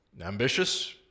ambitious